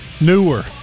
Newer